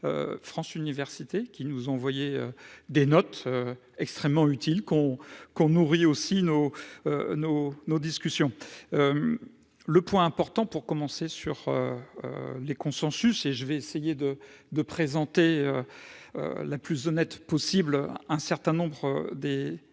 France université qui nous ont envoyé des notes extrêmement utile qu'on qu'on nourrit aussi nos nos nos discussions le point important pour commencer sur les consensus et je vais essayer de de présenter la plus honnête possible un certain nombre des des points